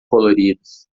coloridos